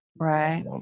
right